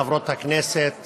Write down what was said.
חברת הכנסת